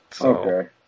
Okay